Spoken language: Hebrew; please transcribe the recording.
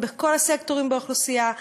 והן בכל הסקטורים באוכלוסייה.